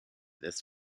this